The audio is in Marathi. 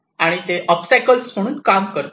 आणि ते ओबस्टॅकल्स म्हणून काम करतील